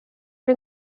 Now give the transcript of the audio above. era